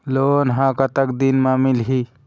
Loan ह कतक दिन मा मिलही?